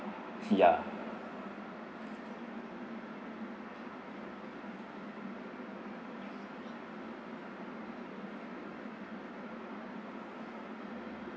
ya